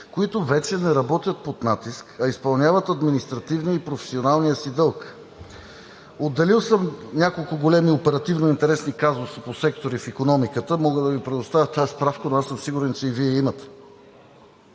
които вече не работят под натиска, а изпълняват административния и професионалния си дълг. Отделил съм няколко големи оперативно интересни казуси по сектори в икономиката – мога да Ви предоставя тази справка, но аз съм сигурен, че и Вие я имате,